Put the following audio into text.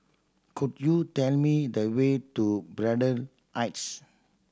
could you tell me the way to Braddell Heights